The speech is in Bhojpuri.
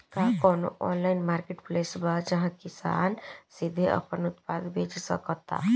का कोनो ऑनलाइन मार्केटप्लेस बा जहां किसान सीधे अपन उत्पाद बेच सकता?